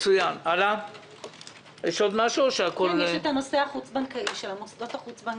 יש את הנושא של המוסדות החוץ-בנקאיים.